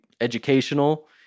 educational